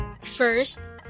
First